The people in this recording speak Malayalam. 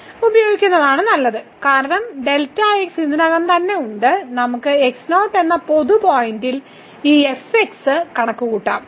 ഉപയോഗിക്കുന്നതാണ് നല്ലത് കാരണം ഡെൽറ്റ x ഇതിനകം തന്നെ ഉണ്ട് നമുക്ക് x0 എന്ന പൊതു പോയിന്റിൽ ഈ fx കണക്കുകൂട്ടാം